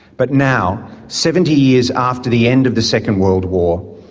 but now, seventy years after the end of the second world war,